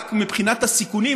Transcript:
רק מבחינת הסיכונים,